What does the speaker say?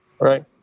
Right